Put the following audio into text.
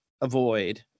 avoid